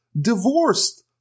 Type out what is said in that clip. divorced